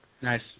Nice